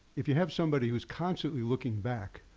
if you have somebody who's constantly looking back,